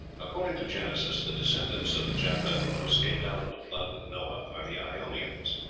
according to genesis, the descendants of the japheth who escaped out of the flood with noah are the ionians,